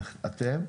לא,